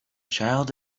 child